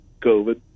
COVID